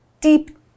deep